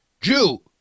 Jew